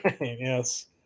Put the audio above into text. Yes